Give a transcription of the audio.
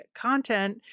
content